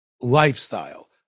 lifestyle